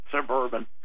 Suburban